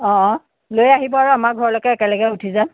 অঁ লৈ আহিব আৰু আমাৰ ঘৰলৈকে একেলগে উঠি যাম